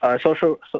social